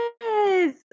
Yes